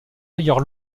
ailleurs